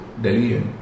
Delhi